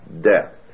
death